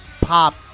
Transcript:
pop